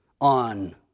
on